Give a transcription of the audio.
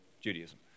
Judaism